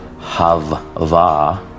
Havva